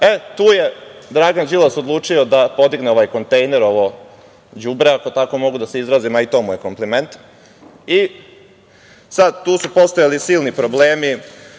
i tu je Dragan Đilas odlučio da podigne ovaj kontejner, ovo đubre, ako mogu tako da kažem, a i to mu je kompliment i sada su tu postojali silni problemi,